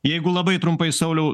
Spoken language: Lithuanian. jeigu labai trumpai sauliau